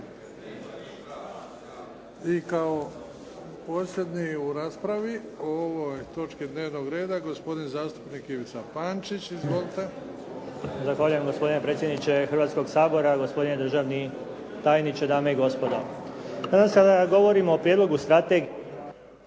I kao posljednji u raspravi o ovoj točki dnevnog reda, gospodin zastupnik Ivica Pančić. Izvolite. **Pančić, Ivica (SDP)** Zahvaljujem gospodine predsjedniče Hrvatskog sabora, gospodine državni tajniče, dame i gospodo. Sada govorimo o prijedlogu strategije